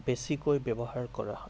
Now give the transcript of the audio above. বেছিকৈ ব্যৱহাৰ কৰা হয়